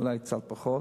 אולי קצת פחות.